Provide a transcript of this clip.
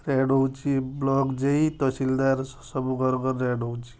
red ହେଉଛି block ଜେଇ ତହସିଲଦାର ସବୁ ଘର ଘର ରେଡ଼୍ ହେଉଛି